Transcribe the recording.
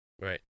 Right